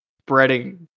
spreading